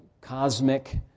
cosmic